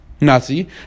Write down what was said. Nazi